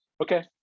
Okay